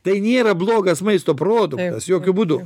tai nėra blogas maisto produktas jokiu būdu